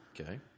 Okay